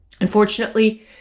Unfortunately